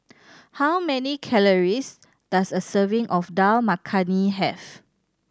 how many calories does a serving of Dal Makhani have